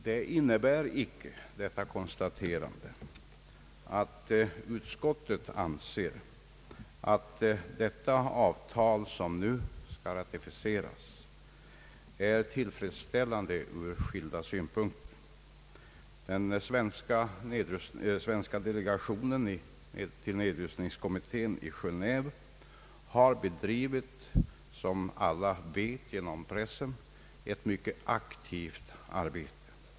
Detta konstaterande innebär inte att utskottet anser att det avtal som nu skall ratificeras är tillfredsställande ur skilda synpunkter. Den svenska delegationen till nedrustningskommitten i Geneve har — som alla vet genom pressen — bedrivit ett mycket aktivt arbete.